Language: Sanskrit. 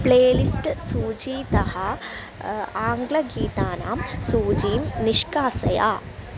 प्ले लिस्ट् सूचीतः आङ्ग्लगीतानां सूचीं निष्कासय